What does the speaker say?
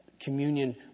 communion